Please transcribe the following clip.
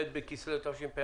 ב' בכסלו תשפ"א.